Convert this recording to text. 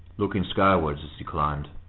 looking skywards as he climbed.